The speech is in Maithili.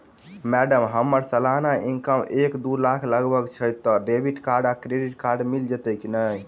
मैडम हम्मर सलाना इनकम एक दु लाख लगभग छैय तऽ डेबिट कार्ड आ क्रेडिट कार्ड मिल जतैई नै?